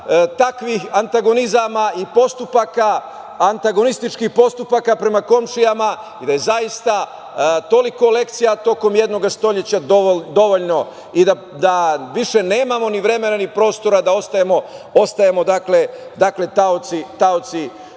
takvih antagonizama i postupaka antagonističkih postupaka prema komšijama i da je zaista toliko lekcija tokom jednog stoleća dovoljno, i da više nemamo vremena, ni prostora da ostajemo taoci takvih